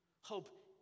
Hope